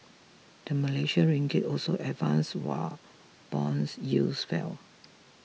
the Malaysian Ringgit also advanced while bonds yields fell